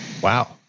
Wow